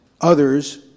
others